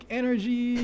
energy